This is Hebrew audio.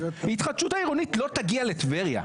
ההתחדשות העירונית לא תגיע לטבריה.